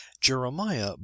Jeremiah